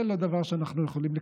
זה לא דבר שאנחנו יכולים לקבל.